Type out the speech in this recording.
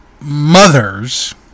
mothers